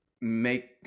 make